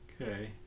Okay